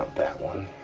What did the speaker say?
that one.